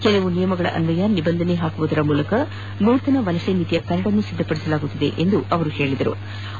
ಕೆಲವು ನಿಯಮಗಳ ಅನ್ವಯ ನಿಬಂಧನೆ ಹಾಕುವುದರ ಮೂಲಕ ನೂತನ ವಲಸೆ ನೀತಿಯ ಕರಡನ್ನು ಸಿದ್ದಪದಿಸಲಾಗುತ್ತಿದೆ ಎಂದರು